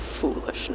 Foolishness